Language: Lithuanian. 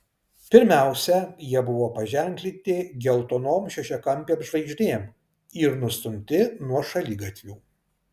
pirmiausia jie buvo paženklinti geltonom šešiakampėm žvaigždėm ir nustumti nuo šaligatvių